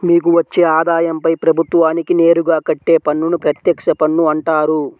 మీకు వచ్చే ఆదాయంపై ప్రభుత్వానికి నేరుగా కట్టే పన్నును ప్రత్యక్ష పన్ను అంటారు